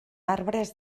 arbres